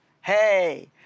hey